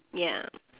ya